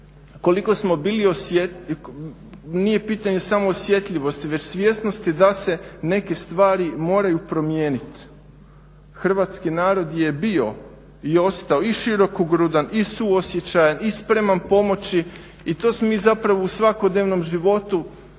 S druge strane, nije pitanje samo osjetljivosti već svjesnosti da se neke stvari moraju promijeniti. Hrvatski narod je bio i ostao i širokogrudan i suosjećajan i spreman pomoći i to smo mi zapravo u svakodnevnom životu